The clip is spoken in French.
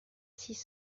six